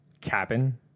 cabin